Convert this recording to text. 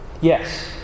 Yes